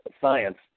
science